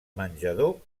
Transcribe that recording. menjador